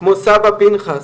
כמו סבא פנחס,